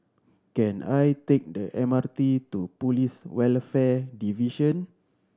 can I take the M R T to Police Welfare Division